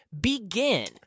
Begin